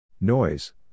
noise